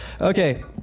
Okay